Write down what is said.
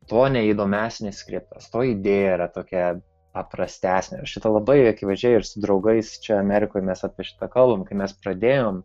tuo neįdomesnis skriptas tuo idėja yra tokia paprastesnė šita labai akivaizdžiai ir su draugais čia amerikoj mes apie šitą kalbam kai mes pradėjom